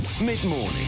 Mid-morning